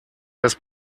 das